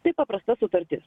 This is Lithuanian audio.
tai paprasta sutartis